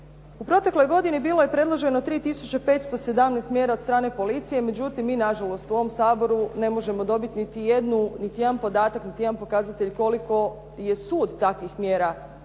u protekloj godini bilo je predloženo 3 517 mjera od strane policije, međutim, mi nažalost u ovom Saboru ne možemo dobiti niti jedan podatak, niti jedan pokazatelj koliko je sud takvih mjera